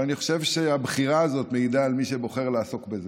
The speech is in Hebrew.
אבל אני חושב שהבחירה הזאת מעידה על מי שבוחר לעסוק בזה.